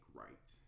right